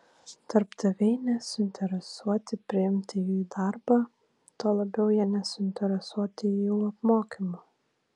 darbdaviai nesuinteresuoti priimti jų į darbą tuo labiau jie nesuinteresuoti jų apmokymu